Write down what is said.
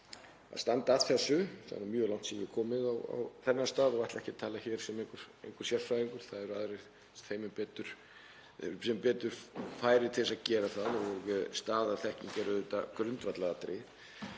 að standa að þessu. Það er mjög langt síðan ég hef komið á þennan stað og ég ætla ekki að tala hér sem einhver sérfræðingur, það eru aðrir mun betur færir til þess að gera það og staðarþekking er auðvitað grundvallaratriði.